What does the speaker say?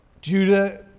Judah